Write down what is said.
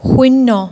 শূন্য